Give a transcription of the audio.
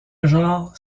genre